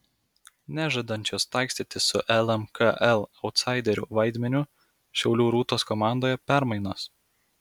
nežadančios taikstytis su lmkl autsaiderių vaidmeniu šiaulių rūtos komandoje permainos